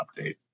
update